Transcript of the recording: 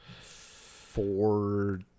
four